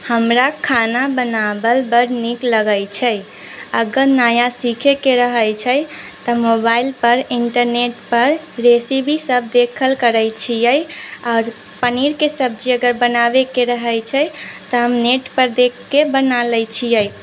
हमरा खाना बनाबल बड नीक लगै छै अगर नया सीखे के रहै छै तऽ मोबाइल पर इंटरनेट पर रेसिपी सब देखल करै छियै आओर पनीर के सब्जी अगर बनाबे के रहे छै तऽ हम नेट पर देख के बना लै छियै